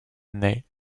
naît